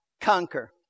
conquer